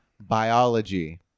Biology